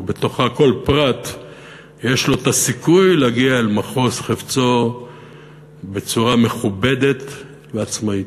ובתוכה כל פרט יש לו סיכוי להגיע אל מחוז חפצו בצורה מכובדת ועצמאית.